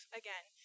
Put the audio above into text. again